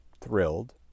thrilled